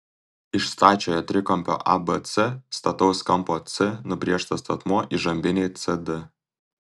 iš stačiojo trikampio abc stataus kampo c nubrėžtas statmuo įžambinei cd